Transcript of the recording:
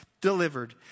delivered